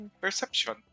Perception